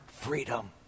freedom